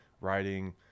writing